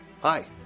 Hi